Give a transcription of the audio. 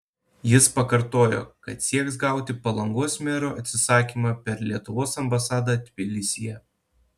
jis pakartojo kad sieks gauti palangos mero atsisakymą per lietuvos ambasadą tbilisyje